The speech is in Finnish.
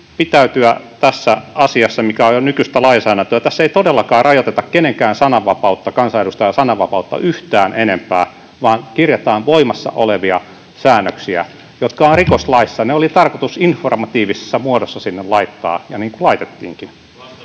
pitäytyä tässä asiassa, mikä on jo nykyistä lainsäädäntöä. Tässä ei todellakaan rajoiteta kenenkään kansanedustajan sananvapautta yhtään enempää, vaan kirjataan voimassa olevia säännöksiä, jotka ovat rikoslaissa. Ne oli tarkoitus informatiivisessa muodossa sinne laittaa, niin kuin laitettiinkin.